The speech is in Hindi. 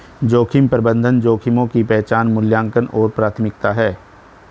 जोखिम प्रबंधन जोखिमों की पहचान मूल्यांकन और प्राथमिकता है